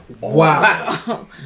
wow